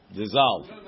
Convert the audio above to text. dissolve